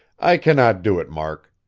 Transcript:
i cannot do it, mark.